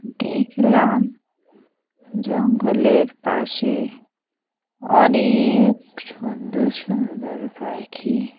দেখলাম জঙ্গলের পাশে অনেক সুন্দর সুন্দর পাখি